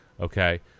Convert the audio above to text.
okay